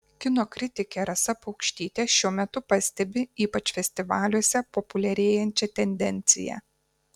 kino kritikė rasa paukštytė šiuo metu pastebi ypač festivaliuose populiarėjančią tendenciją